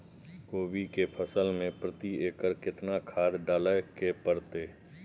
कोबी के फसल मे प्रति एकर केतना खाद डालय के परतय?